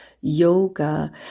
Yoga